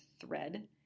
thread